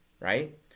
right